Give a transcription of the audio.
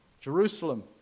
Jerusalem